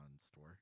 store